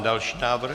Další návrh.